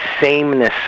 sameness